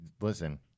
Listen